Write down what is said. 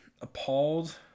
appalled